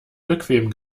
bequem